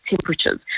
temperatures